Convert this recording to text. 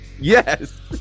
Yes